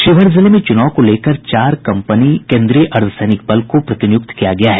शिवहर जिले में चुनाव को लेकर चार कम्पनी केन्द्रीय अर्द्वसैनिक बल को प्रतिनियुक्त किया गया है